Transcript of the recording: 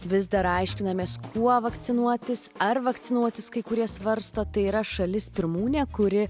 vis dar aiškinamės kuo vakcinuotis ar vakcinuotis kai kurie svarsto tai yra šalis pirmūnė kuri